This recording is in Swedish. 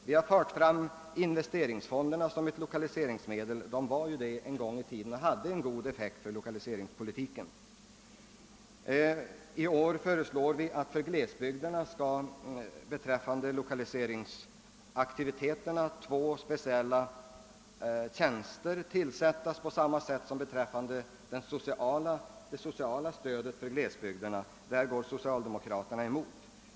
Vi har fört fram investeringsfonderna som ett loka liseringsmedel — de var ju det en gång i tiden, och hade då en god effekt för lokaliseringspolitiken. I år föreslår vi att beträffande lokaliseringsaktiviteten för glesbygderna två speciella tjänster skall tillsättas på samma sätt som beträffande den sociala servicen för glesbygderna. Det förslaget går socialdemokraterna emot.